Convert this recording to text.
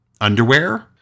underwear